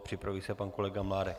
Připraví se pan kolega Mládek.